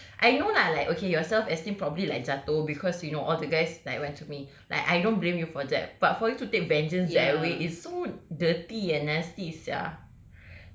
I know lah like okay your self esteem probably like jatuh because you know all the guys like went to me like I don't blame you for that but for you to take vengeance that way is so dirty and nasty sia